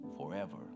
forever